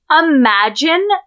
Imagine